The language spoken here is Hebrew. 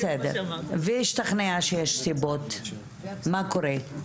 בסדר, והשתכנע שיש סיבות, מה קורה?